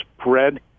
spread